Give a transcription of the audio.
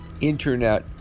internet